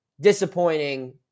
disappointing